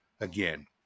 again